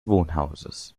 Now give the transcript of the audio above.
wohnhauses